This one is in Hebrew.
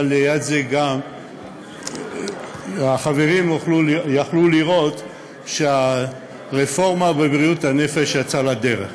אבל ליד זה גם החברים יכלו לראות שהרפורמה בבריאות הנפש יצאה לדרך.